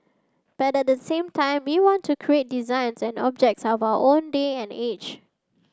but at the same time we want to create designs and objects of our own day and age